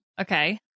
okay